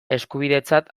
eskubidetzat